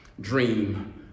Dream